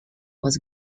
was